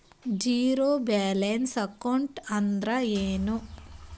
Zero balance account ಅಂದ್ರ ಏನು?